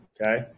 okay